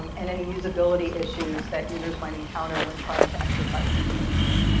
and any usability issues that users might encounter when trying to exercise these choices.